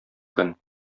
көн